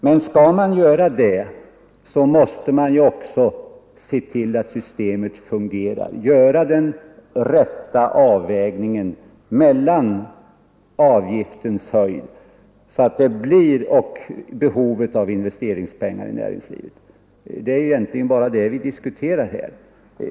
Men skall man göra det, måste man ju också se till att systemet fungerar, har den rätta avvägningen mellan avgiftens höjd och behovet av investeringspengar i näringslivet. Det är ju bara det vi diskuterar här.